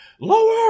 lower